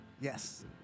Yes